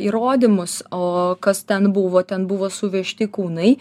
įrodymus o kas ten buvo ten buvo suvežti kūnai